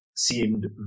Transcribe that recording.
seemed